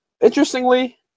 Interestingly